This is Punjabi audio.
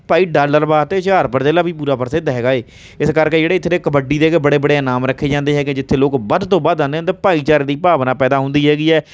ਭਾਈ ਡਾਲਰ ਵਾਸਤੇ ਹੁਸ਼ਿਆਰਪੁਰ ਜ਼ਿਲ੍ਹਾ ਵੀ ਪੂਰਾ ਪ੍ਰਸਿੱਧ ਹੈਗਾ ਏ ਇਸ ਕਰਕੇ ਜਿਹੜੀ ਇੱਥੇ ਕਬੱਡੀ ਦੇ ਬੜੇ ਬੜੇ ਨਾਮ ਰੱਖੇ ਜਾਂਦੇ ਹੈਗੇ ਜਿੱਥੇ ਲੋਕ ਵੱਧ ਤੋਂ ਵੱਧ ਆਉਂਦੇ ਅਤੇ ਭਾਈਚਾਰੇ ਦੀ ਭਾਵਨਾ ਪੈਦਾ ਹੁੰਦੀ ਹੈਗੀ ਹੈ